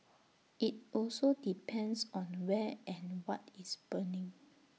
IT also depends on where and what is burning